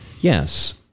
Yes